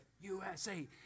USA